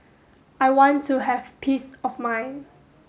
I want to have peace of mind